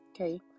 okay